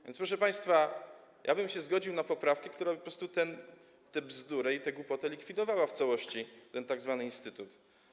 A więc, proszę państwa, ja bym się zgodził na poprawkę, która by po prostu tę bzdurę i tę głupotę likwidowała w całości, ten tzw. instytut.